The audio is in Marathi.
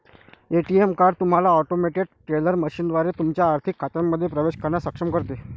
ए.टी.एम कार्ड तुम्हाला ऑटोमेटेड टेलर मशीनद्वारे तुमच्या आर्थिक खात्यांमध्ये प्रवेश करण्यास सक्षम करते